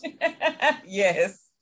Yes